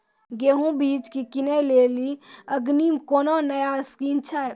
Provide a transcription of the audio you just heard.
गेहूँ बीज की किनैली अग्रिम कोनो नया स्कीम छ?